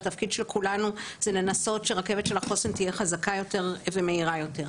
והתפקיד של כולנו זה לנסות שהרכבת של החוסן תהיה חזקה יותר ומהירה יותר.